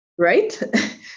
right